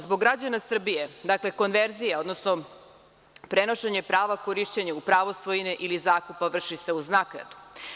Zbog građana Srbije, konverzija odnosno prenošenje prava korišćenja u pravo svojine ili zakup vrši se uz naknadu.